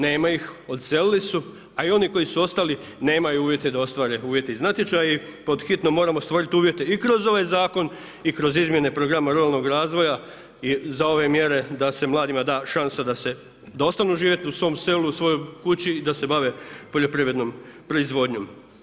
Nema ih, odselili su, a i oni koji su ostali nemaju uvjete da ostvare uvjete iz natječaja i pod hitno moramo stvoriti uvjete i kroz ovaj zakon i kroz izmjene Programa ruralnog razvoja i za ove mjere da se mladima da šansa da ostanu živjeti u svom selu u svojoj kući i da se bave poljoprivrednom proizvodnjom.